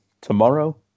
tomorrow